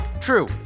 True